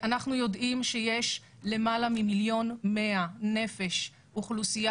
אנחנו יודעים שיש למעלה ממיליון ומאה נפשות של אוכלוסייה